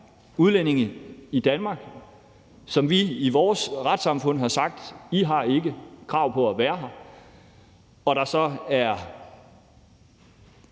udlændinge i Danmark, som vi i vores retssamfund har sagt til at de ikke har krav på at være her, og der så er